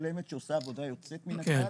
שעושה עבודה יוצאת מן הכלל,